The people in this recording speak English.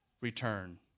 return